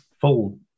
Full